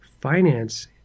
finance